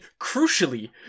crucially